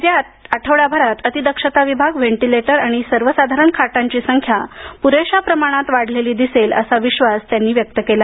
येत्या आठवडाभरात अतिदक्षता विभाग व्हेंटिलेटर आणि सर्वसाधारण बेडची संख्या पूरेशा प्रमाणात वाढलेली दिसेल असा विश्वास त्यांनी व्यक्त केला